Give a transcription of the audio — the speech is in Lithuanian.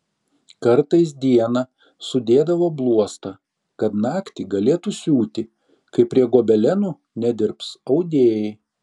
kartais dieną sudėdavo bluostą kad naktį galėtų siūti kai prie gobelenų nedirbs audėjai